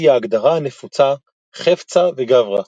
היא ההגדרה הנפוצה "חפצא וגברא".